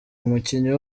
umukinnyi